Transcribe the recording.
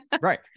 right